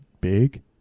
big